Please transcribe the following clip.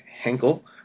Henkel